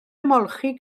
ymolchi